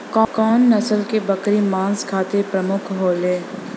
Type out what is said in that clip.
कउन नस्ल के बकरी मांस खातिर प्रमुख होले?